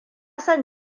son